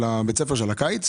של בית הספר של הקיץ,